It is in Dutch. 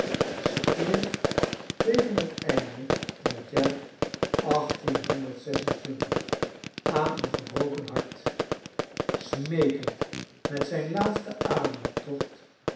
tegen het einde van het jaar achttienhonderd zes en twin tig aan een gebroken hart smeekend met zijn laatsten